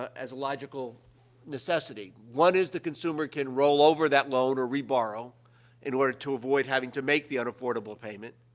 as logical necessity. one is, the consumer can roll over that loan or reborrow in order to avoid having to make the unaffordable payment.